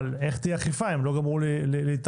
אבל איך תהיה אכיפה אם לא גמרו להתארגן?